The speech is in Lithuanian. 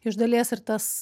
iš dalies ir tas